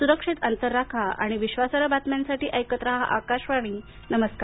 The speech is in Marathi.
सुरक्षित अंतर राखा आणि विश्वासार्ह बातम्यांसाठी ऐकत राहा आकाशवाणी नमस्कार